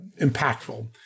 impactful